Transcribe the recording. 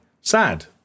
Sad